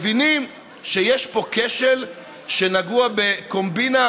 מבינים שיש פה כשל שנגוע בקומבינה,